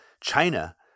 China